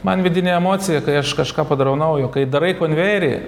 man vidinė emocija kai aš kažką padarau naujo kai darai konvejerį